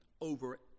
over